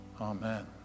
Amen